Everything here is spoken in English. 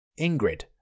Ingrid